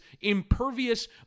impervious